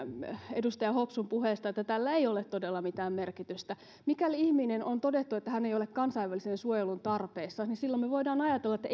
edustaja hopsun puheesta että tällä ei ole todella mitään merkitystä mikäli on todettu että ihminen ei ole kansainvälisen suojelun tarpeessa niin silloin me voimme ajatella että